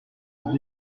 cette